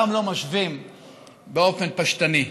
אם בשנים קודמות היו מדברים על קריסת התחבורה,